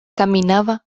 caminava